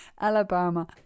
Alabama